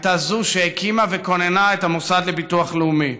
הייתה זו שהקימה וכוננה את המוסד לביטוח לאומי.